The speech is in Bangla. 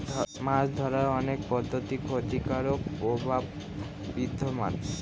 মাছ ধরার অনেক পদ্ধতির ক্ষতিকারক প্রভাব বিদ্যমান